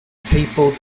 peopled